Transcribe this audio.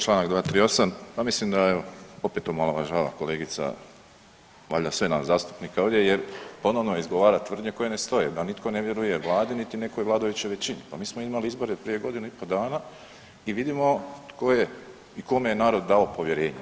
Čl. 238., pa mislim da evo opet omalovažava kolegica valjda sve nas zastupnike ovdje jer ponovno izgovara tvrdnje koje ne stoje da nitko ne vjeruje vladi niti nekoj vladajućoj većini, pa mi smo imali izbore prije godinu i po dana i vidimo tko je i kome je narod dao povjerenje.